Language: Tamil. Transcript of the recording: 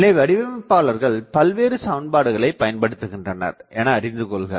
எனவே வடிவமைப்பாளர்கள் பல்வேறு சமன்பாடுகளைப் பயன்படுத்துகின்றனர் என அறிந்துகொள்க